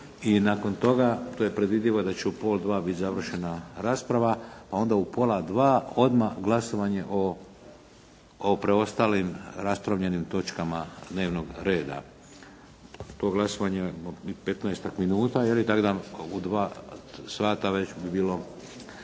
i nakon toga, to je predviđeno da će u pola dva biti završena rasprava, a onda u pola dva odmah glasovanje o preostalim raspravljenim točkama dnevnog reda. To glasovanje je 15-ak minuta, tako da u dva sata već bi bila